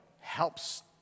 helps